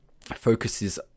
focuses